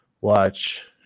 watch